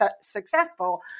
successful